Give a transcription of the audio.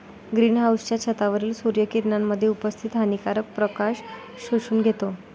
green हाउसच्या छतावरील सूर्य किरणांमध्ये उपस्थित हानिकारक प्रकाश शोषून घेतो